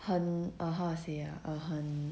很 ah how I say ah uh 很